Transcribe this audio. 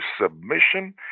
submission